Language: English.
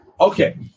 Okay